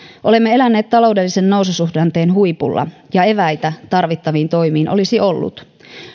olemme eläneet taloudellisen noususuhdanteen huipulla ja eväitä tarvittaviin toimiin olisi ollut